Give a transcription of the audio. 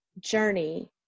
journey